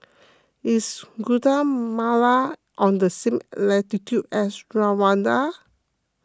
is Guatemala on the same latitude as Rwanda